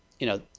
you know,